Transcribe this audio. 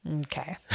Okay